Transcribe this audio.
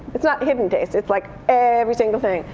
it's not hidden taste. it's like every single thing.